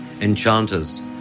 Enchanters